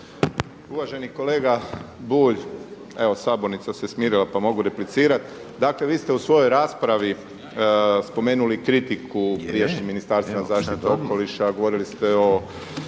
Uvaženi kolega Bulj, evo sabornica se smirila pa mogu replicirati. Dakle, vi ste u svojoj raspravi spomenuli kritiku prijašnjeg Ministarstva zaštite okoliša, govorili ste o